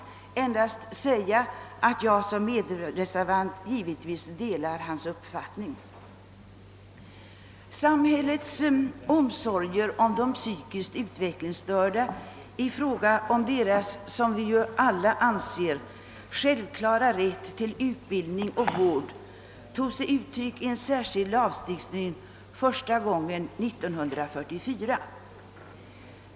Jag vill endast säga att jag i egenskap av medreservant givetvis delar hans uppfattning. Samhällets omsorger om de psykiskt utvecklingsstörda i fråga om deras, som vi alla anser, självklara rätt till utbildning och vård tog sig första gången uttryck i särskild lagstiftning 1944.